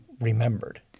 remembered